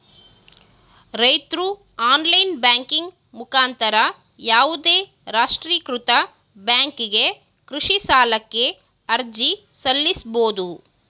ರೈತ್ರು online banking ಮುಖಾಂತರ ಯಾವುದೇ ರಾಷ್ಟ್ರೀಕೃತ ಬ್ಯಾಂಕಿಗೆ ಕೃಷಿ ಸಾಲಕ್ಕೆ ಅರ್ಜಿ ಸಲ್ಲಿಸಬೋದು